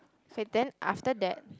okay then after that